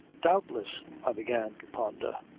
doubtless. i began to ponder.